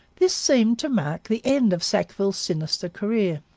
this seemed to mark the end of sackville's sinister career.